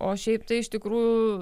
o šiaip tai iš tikrųjų